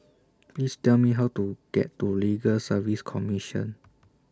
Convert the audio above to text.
Please Tell Me How to get to Legal Service Commission